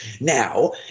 now